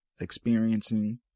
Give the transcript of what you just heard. experiencing